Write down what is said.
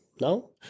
no